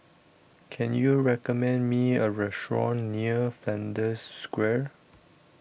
can you recommend me a restaurant near Flanders Square